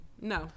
no